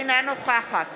אינה נוכחת